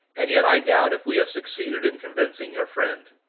and yet i doubt if we have succeeded in convincing your friend.